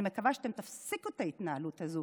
אני מקווה שאתם תפסיקו את ההתנהלות הזו,